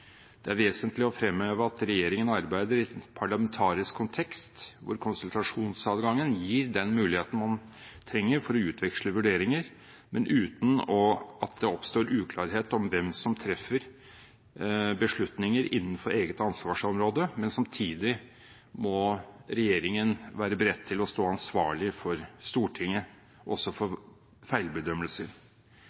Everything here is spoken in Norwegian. Det er vesentlig å fremheve at regjeringen arbeider i en parlamentarisk kontekst, hvor konsultasjonsadgangen gir den muligheten man trenger for å utveksle vurderinger, men uten at det oppstår uklarhet om hvem som treffer beslutninger innenfor eget ansvarsområde. Men samtidig må regjeringen være beredt til å stå til ansvar overfor Stortinget, også for feilbedømmelser.